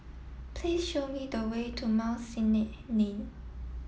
please show me the way to Mount Sinai Lane